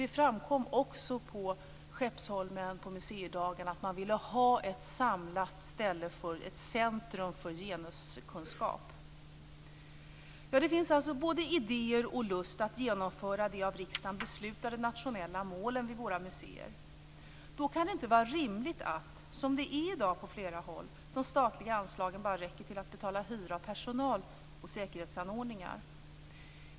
Det framkom också på museidagarna på Skeppsholmen att man ville ha ett samlat ställe för ett centrum för genuskunskap. Det finns alltså både idéer och lust att genomföra de av riksdagen beslutade nationella målen vid våra museer. Då kan det inte vara rimligt, som det är i dag på flera håll, att det statliga anslaget bara räcker till att betala hyra, personal och säkerhetsanordningar.